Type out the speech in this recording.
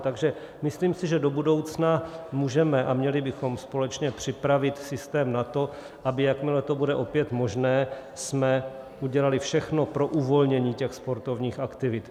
Takže myslím si, že do budoucna můžeme a měli bychom společně připravit systém na to, abychom, jakmile to bude opět možné, udělali všechno pro uvolnění těch sportovních aktivit.